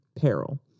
peril